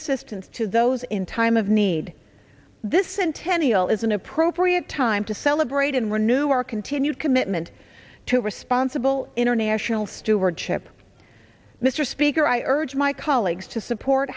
assistance to those in time of need this centennial is an appropriate time to celebrate and renew our continued commitment to responsible international stewardship mr speaker i urge my colleagues to support